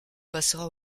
passera